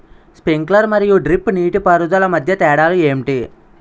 Sprinkler మరియు drip నీటిపారుదల మధ్య తేడాలు ఏంటి?